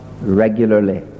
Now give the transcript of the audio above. regularly